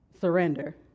surrender